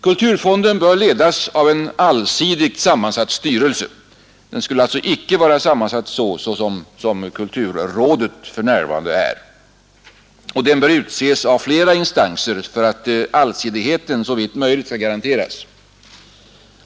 Kulturfonden bör ledas av en allsidigt sammansatt styrelse — den skulle alltså icke vara sammansatt så som kulturrådet för närvarande är — och den bör utses av flera instanser för att allsidigheten såvitt möjligt skall garanteras.